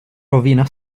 rovina